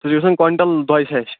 سُہ چھُ گژھان کۅینٹل دۄیہِ ہَتھِ